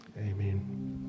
Amen